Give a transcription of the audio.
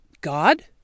God